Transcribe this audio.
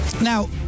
Now